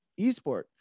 eSport